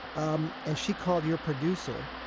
um and she called your producer,